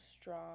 strong